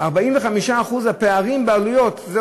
הפערים בעלויות.